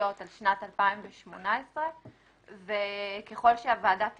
הממשלתיות על שנת 2018. ככל שהוועדה תרצה,